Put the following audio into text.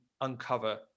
uncover